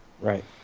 Right